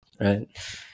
Right